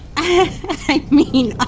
i i mean. er.